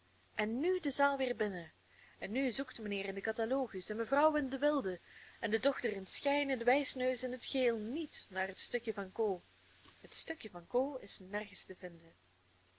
en nu de zaal weer binnen en nu zoekt mijnheer in den catalogus en mevrouw in den wilde en de dochter in schijn en de wijsneus in het geheel niet naar het stukje van ko het stukje van ko is nergens te vinden